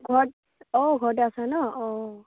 ঘৰত অঁ ঘৰতে আছা ন অঁ